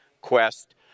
quest